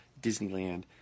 Disneyland